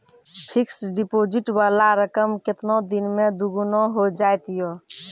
Fixed deposit वाला रकम केतना दिन मे दुगूना हो जाएत यो?